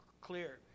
clear